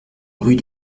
rue